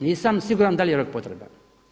Nisam siguran da li je rok potreban.